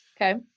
Okay